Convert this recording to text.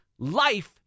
Life